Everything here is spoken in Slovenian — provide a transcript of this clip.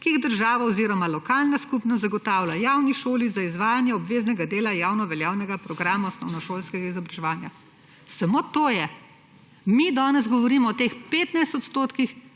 ki jih država oziroma lokalna skupnost zagotavlja javni šoli za izvajanje obveznega dela javnoveljavnega programa osnovnošolskega izobraževanja.« Samo to je. Mi danes govorimo o teh 15 %